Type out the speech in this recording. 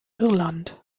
irland